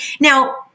Now